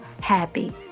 happy